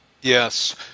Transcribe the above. Yes